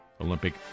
Olympic